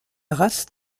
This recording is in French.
race